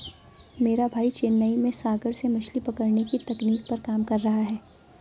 मेरा भाई चेन्नई में सागर से मछली पकड़ने की तकनीक पर काम कर रहा है